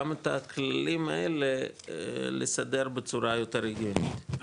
גם את הכללים האלה, לסדר בצורה יותר הגיונית,